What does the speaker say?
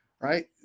right